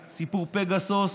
סיפור פגסוס ו-NSO.